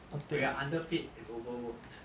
we are underpaid and overworked